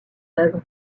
œuvre